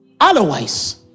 Otherwise